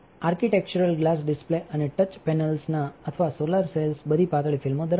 architectural glass display અને touch પેનલ્સઅથવા solar cells બધી પાતળા ફિલ્મો ધરાવે છે